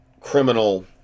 criminal